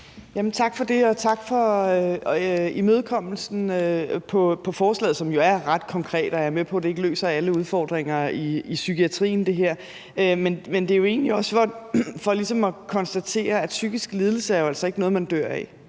Tak for det, og tak for imødekommelsen af forslaget, som jo er ret konkret, og jeg er med på, at det ikke løser alle udfordringer i psykiatrien, men det er egentlig også for at konstatere, at psykisk lidelse jo altså ikke er noget, man dør af.